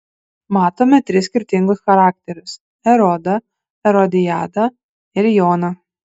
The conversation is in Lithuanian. matome tris skirtingus charakterius erodą erodiadą ir joną